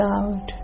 out